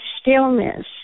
stillness